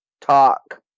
talk